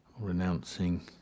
renouncing